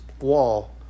wall